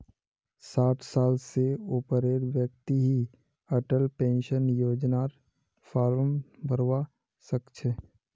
साठ साल स ऊपरेर व्यक्ति ही अटल पेन्शन योजनार फार्म भरवा सक छह